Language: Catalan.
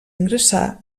ingressar